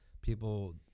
people